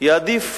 יעדיף